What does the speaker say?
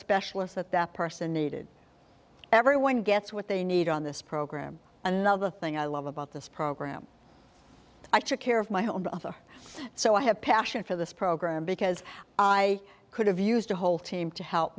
specialist that that person needed everyone gets what they need on this program another thing i love about this program i took care of my own so i have passion for this program because i could have used a whole team to help